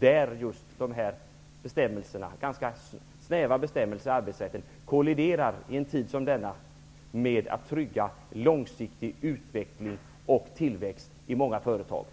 där just dessa ganska snäva bestämmelser inom arbetsrätten, i en tid som denna, kolliderar med strävan att trygga långsiktig utveckling och tillväxt i många företag.